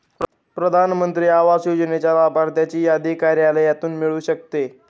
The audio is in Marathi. प्रधान मंत्री आवास योजनेच्या लाभार्थ्यांची यादी कार्यालयातून मिळू शकते